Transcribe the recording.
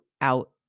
out